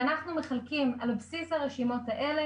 ואנחנו מחלקים על בסיס הרשימות האלה